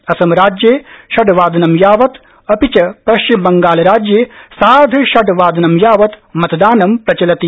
असमराज्ये षडवादनं यावत अपि च पश्चिमबंगाल राज्ये सार्ध षडवादनं यावत मतदानं प्रचलति